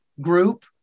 group